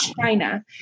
China